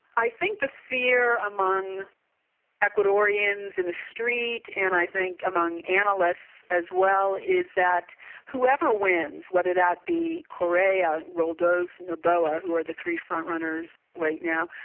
i think the fear among ecuadorians, in the street, and i think among analysts as well is that whoever wins, whether that be correa, roldos, noboa, who are the three front-runners right now,